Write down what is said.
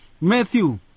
matthew